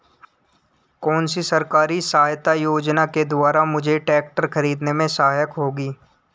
कौनसी सरकारी सहायता योजना के द्वारा मुझे ट्रैक्टर खरीदने में सहायक होगी?